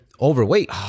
overweight